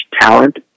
talent